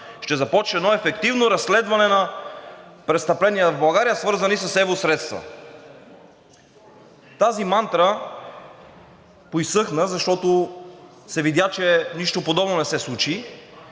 ще започне едно ефективно разследване на престъпления над България, свързани с евросредства. Тази мантра поизсъхна, защото се видя, че нищо подобно не се случи,